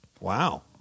Wow